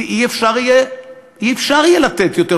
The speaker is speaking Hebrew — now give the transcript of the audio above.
כי לא יהיה אפשר לתת יותר,